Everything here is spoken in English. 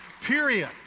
Period